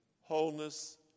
wholeness